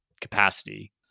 capacity